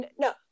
No